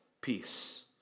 peace